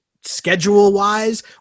schedule-wise